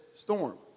storm